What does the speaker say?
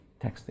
texting